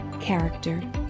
character